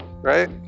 right